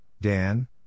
Dan